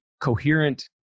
coherent